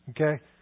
okay